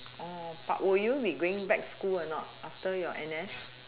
but will you be going back school or not after your N_S